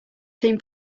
team